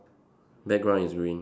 background is green